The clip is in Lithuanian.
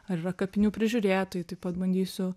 ar yra kapinių prižiūrėtojai taip pat bandysiu